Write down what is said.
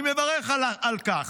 אני מברך על כך.